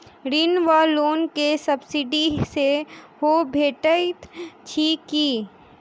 ऋण वा लोन केँ सब्सिडी सेहो भेटइत अछि की?